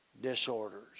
disorders